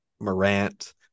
Morant